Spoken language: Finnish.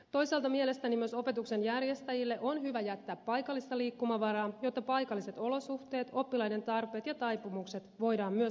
toisaalta mielestäni myös opetuksen järjestäjille on hyvä jättää paikallista liikkumavaraa jotta paikalliset olosuhteet oppilaiden tarpeet ja taipumukset voidaan myös ottaa huomioon